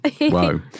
Whoa